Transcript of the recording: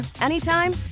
anytime